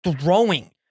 throwing